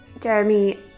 Jeremy